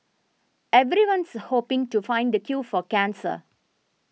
everyone's hoping to find the cure for cancer